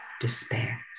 despair